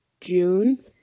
June